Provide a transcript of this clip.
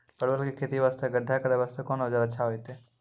परवल के खेती वास्ते गड्ढा करे वास्ते कोंन औजार अच्छा होइतै?